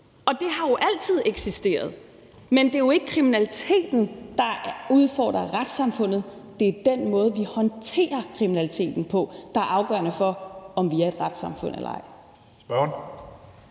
og det har jo altid eksisteret. Men det er ikke kriminaliteten, der udfordrer retssamfundet; det er den måde, vi håndterer kriminaliteten på, der er afgørende for, om vi er et retssamfund eller ej.